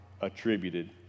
attributed